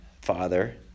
father